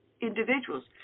individuals